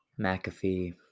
McAfee